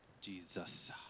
Jesus